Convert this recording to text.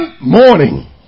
morning